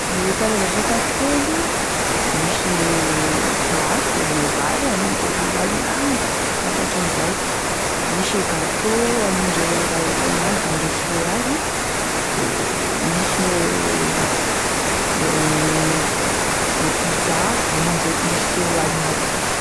Gne karazany e sakafo telo, misy gne plat ne vary anindreo roa aligny agny efa tratran'izay, gne gâteau anindreo ray aligny, dimy arivo sy ray aligny agny, de misy gne gne pizza anindreo misy telo aligny aby.